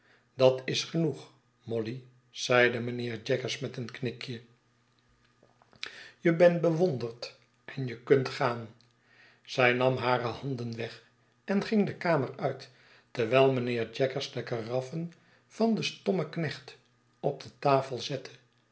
dat is genoeg molly zeide mijnheer jaggers met een knikje je bent bewonderd en je kunt gaan zij nam hare handen weg en ging de kamer uit terwijl mijnheer jaggers de karaffen van den stommeknecht op de tafel zette